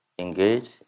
Engage